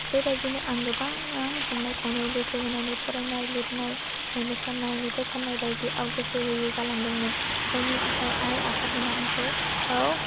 बेबायदिनो आं गोबां आं संनाय खावनायाव गोसो होनानै फरायनाय लिरनाय मोसानाय मेथाइ खन्नाय बायदिआव गोसो होयि जालांदोंमोन जायनि थाखाय आइ आफामोनहा आंखौ